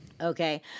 Okay